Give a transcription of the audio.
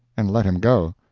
and let him go.